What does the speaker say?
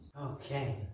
Okay